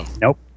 Nope